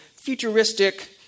futuristic